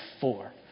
four